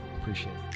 appreciate